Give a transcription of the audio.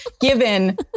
given